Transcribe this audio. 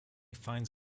finds